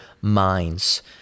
minds